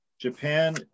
Japan